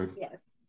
yes